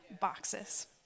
boxes